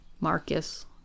Marcus